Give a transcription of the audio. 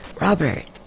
Robert